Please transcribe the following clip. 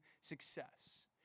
success